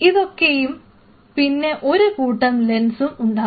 ഇതൊക്കെയും പിന്നെ ഒരു കൂട്ടം ലെൻസും ഉണ്ടാകും